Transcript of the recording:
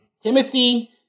Timothy